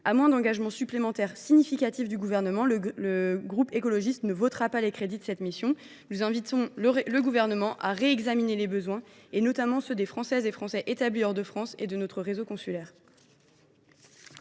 À moins d’engagements supplémentaires significatifs du Gouvernement, le groupe Écologiste – Solidarité et Territoires ne votera pas les crédits de cette mission. Nous invitons le Gouvernement à réexaminer les besoins, notamment ceux des Françaises et Français établis hors de France et de notre réseau consulaire.